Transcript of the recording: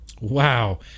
Wow